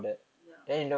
ya